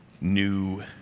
new